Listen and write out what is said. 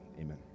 amen